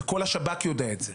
וכל השב"כ יודע את זה,